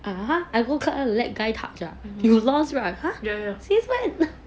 (uh huh) I go club and let guy touch ya you lost right !huh! since when